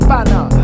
Banner